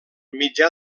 mitjà